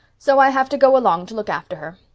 so i have to go along to look after her.